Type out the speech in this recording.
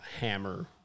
hammer